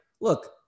look